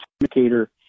indicator